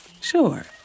Sure